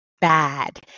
bad